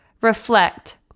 reflect